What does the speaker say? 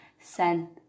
sent